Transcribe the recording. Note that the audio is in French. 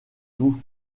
vous